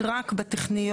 היא רק בטכניון,